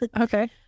Okay